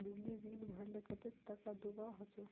बिजली बिल भरले कतेक टाका दूबा होचे?